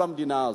במדינה הזאת.